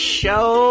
show